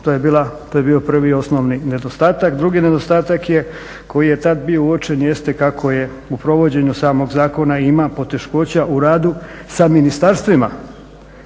To je bio prvi i osnovni nedostatak. Drugi nedostatak koji je tada bio uočen jeste kako je u provođenju samog zakona ima poteškoća u radu sa ministarstvima